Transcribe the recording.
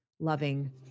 loving